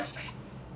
what